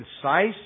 concise